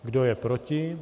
Kdo je proti?